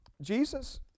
Jesus